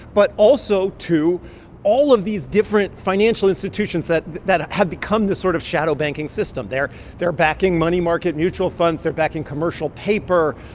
but also to all of these different financial institutions that that have become the sort of shadow banking system. they're they're backing money market mutual funds. they're backing commercial paper.